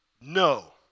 No